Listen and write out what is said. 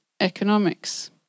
economics